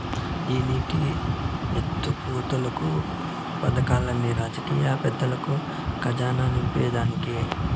ఈ నీటి ఎత్తిపోతలు పదకాల్లన్ని రాజకీయ పెద్దల కజానా నింపేదానికే